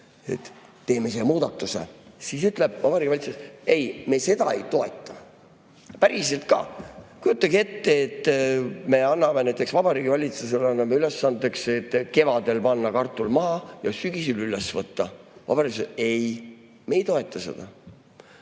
teeme selle muudatuse, siis ütleb Vabariigi Valitsus: "Ei, me seda ei toeta." Päriselt ka. Kujutage ette, et me anname näiteks Vabariigi Valitsusele ülesandeks, et kevadel panna kartul maha ja sügisel üles võtta. Vabariigi Valitsus ütleb: "Ei, me ei toeta seda."